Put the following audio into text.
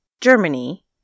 Germany